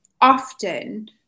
often